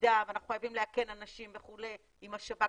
מידע ואנחנו חייבים לאכן אנשים וכו' עם השב"כ,